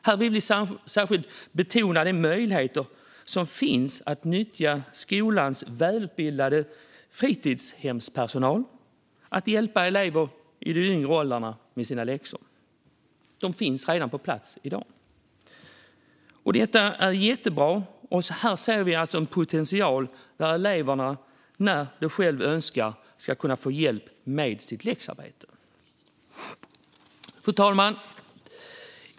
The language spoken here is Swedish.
Här vill vi särskilt betona den möjlighet som finns att nyttja skolans välutbildade fritidspersonal för att hjälpa elever i de yngre åldrarna med deras läxor. Denna personal finns redan på plats i dag. Detta är jättebra, och här ser vi en potential där eleverna, när de själva önskar, kan få hjälp med sitt läxarbete. Fru talman!